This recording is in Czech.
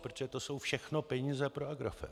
Protože to jsou všechno peníze pro Agrofert.